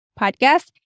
podcast